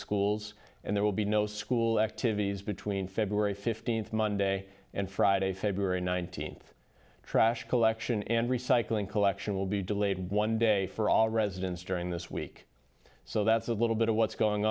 schools and there will be no school activities between february fifteenth monday and friday february nineteenth trash collection and recycling collection will be delayed one day for all residents during this week so that's a little bit of what's going